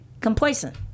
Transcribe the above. complacent